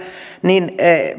niin